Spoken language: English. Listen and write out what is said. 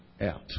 out